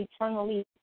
eternally